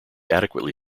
adequately